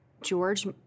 George